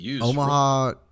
Omaha